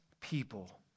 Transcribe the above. people